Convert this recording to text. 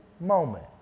moment